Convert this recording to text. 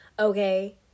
okay